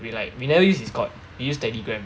we like we never use Discord we use Telegram